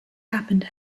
happened